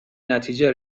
نتیجه